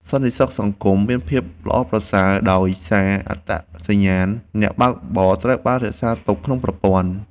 សន្តិសុខសង្គមមានភាពល្អប្រសើរ ដោយសារអត្តសញ្ញាណអ្នកបើកបរត្រូវបានរក្សាទុកក្នុងប្រព័ន្ធ។